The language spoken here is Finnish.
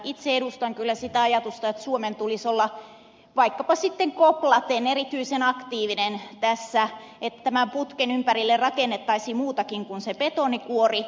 itse edustan kyllä sitä ajatusta että suomen tulisi olla vaikkapa sitten koplaten erityisen aktiivinen tässä että tämän putken ympärille rakennettaisiin muutakin kuin se betonikuori